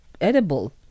edible